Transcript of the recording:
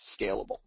scalable